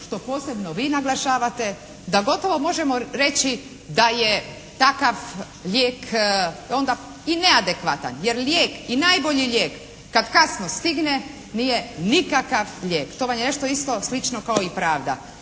što posebno vi naglašavate da gotovo možemo reći da je takav lijek onda i neadekvatan. Jer lijek i najbolji lijek kad kasno stigne nije nikakav lijek. To vam je nešto isto slično kao i pravda,